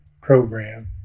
Program